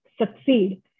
succeed